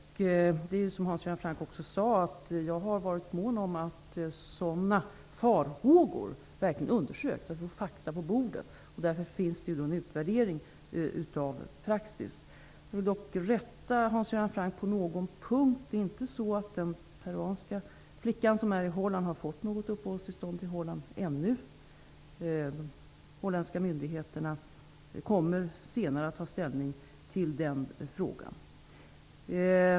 Som Hans Göran Franck sade har jag varit mån om att sådana farhågor verkligen undersöks, så att vi får fakta på bordet. Därför finns det nu en utvärdering av praxis. Jag vill dock rätta Hans Göran Franck på någon punkt. Det är inte så att den peruanska flickan som är i Holland ännu har fått något uppehållstillstånd i Holland. De holländska myndigheterna kommer senare att ta ställning till den frågan.